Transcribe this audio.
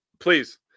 Please